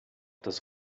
das